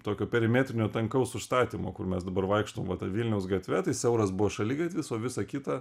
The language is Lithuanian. tokio perimetrinio tankaus užstatymo kur mes dabar vaikštom va ta vilniaus gatve tai siauras buvo šaligatvis o visa kita